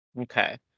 Okay